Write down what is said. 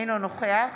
אינו נוכח